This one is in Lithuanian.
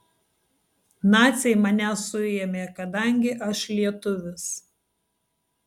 naciai mane suėmė kadangi aš lietuvis